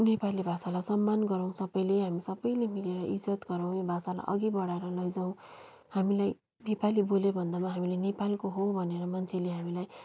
नेपाली भाषालाई सम्मान गरौँ सबैले हामी सबैले मिलेर इज्जत गरौँ यो भाषालाई अघि बढाएर लैजाउँ हामीलाई नेपाली बोल्यो भन्दामा हामी नेपालको हो भनेर मान्छेले हामीलाई